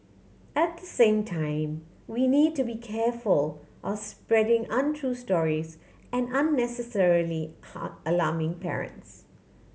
at the same time we need to be careful or spreading untrue stories and unnecessarily alarming parents